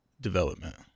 development